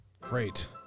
Great